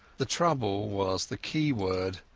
the trouble was the key word,